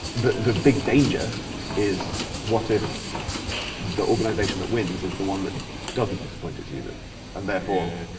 the the big danger is what if the organisation that wins is the one that doesn't disappoint its users and therefore,